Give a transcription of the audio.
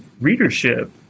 readership